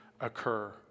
occur